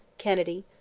kennedy,